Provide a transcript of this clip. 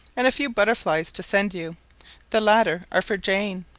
and a few butterflies to send you the latter are for jane.